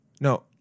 No